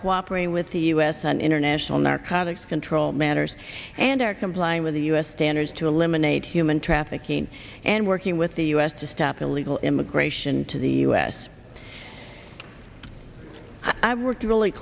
cooperating with the u s on international narcotics control matters and are complying with the u s standards to eliminate human trafficking and working with the u s to stop illegal immigration to the us i worked really